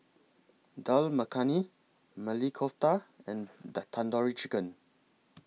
Dal Makhani Maili Kofta and Tandoori Chicken